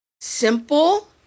simple